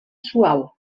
suau